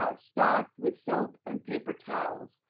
ah stocked with soap and paper towels,